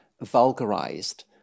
vulgarized